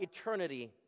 eternity